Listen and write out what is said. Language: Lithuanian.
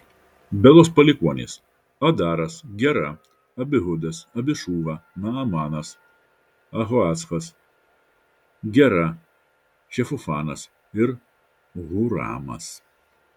belos palikuonys adaras gera abihudas abišūva naamanas ahoachas gera šefufanas ir huramas